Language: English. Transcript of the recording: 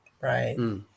Right